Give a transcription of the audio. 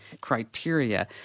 criteria